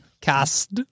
Cast